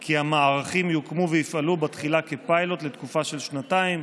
כי המערכים יוקמו ויפעלו תחילה כפיילוט לתקופה של שנתיים.